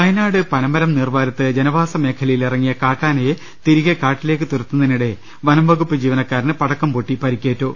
വയനാട് പനമരം നീർവാരത്ത് ജനവാസ മേഖലയിലിറങ്ങിയ കാട്ടാനയെ തിരികെ കാട്ടിലേക്ക് തുരത്തുന്ന്തിനിടെ വനംവകുപ്പ് ജീവനക്കാരന് പടക്കം പൊട്ടി പരിക്കേറ്റു